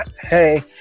hey